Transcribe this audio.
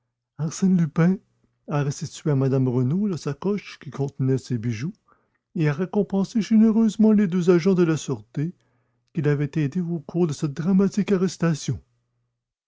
arsène lupin a restitué à mme renaud la sacoche qui contenait ses bijoux et a récompensé généreusement les deux agents de la sûreté qui l'avaient aidé au cours de cette dramatique arrestation